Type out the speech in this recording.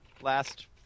last